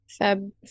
feb